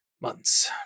months